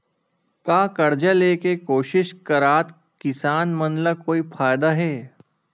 का कर्जा ले के कोशिश करात किसान मन ला कोई फायदा हे?